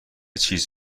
چیز